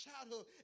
childhood